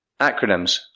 Acronyms